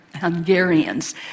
Hungarians